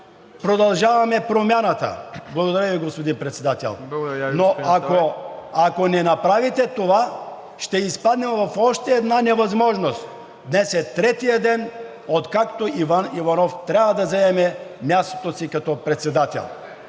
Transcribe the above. „Продължаваме Промяната“. Благодаря Ви, господин Председател. Но ако не направите това, ще изпаднем в още една невъзможност – днес е третият ден, откакто Иван Иванов трябва да заеме мястото си като председател.